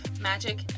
magic